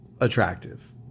attractive